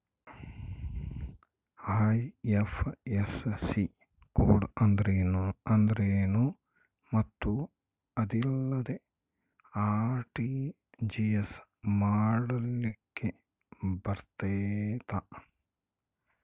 IFSC code ಅಂದ್ರೇನು ಮತ್ತು ಅದಿಲ್ಲದೆ ಆರ್.ಟಿ.ಜಿ.ಎಸ್ ಮಾಡ್ಲಿಕ್ಕೆ ಬರ್ತೈತಾ?